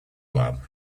lab